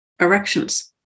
erections